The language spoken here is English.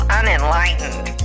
unenlightened